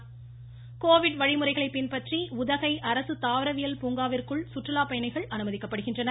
Udhagai voice Covid வழிமுறைகளை பின்பற்றி உதகை அரசு தாவரவியல் பூங்காவிற்குள் சுற்றுலா பயணிகள் அனுமதிக்கப்படுகின்றனர்